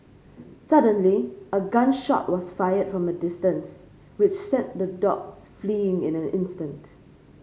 suddenly a gun shot was fired from a distance which sent the dogs fleeing in an instant